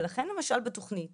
לכן למשל בתכנית